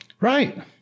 Right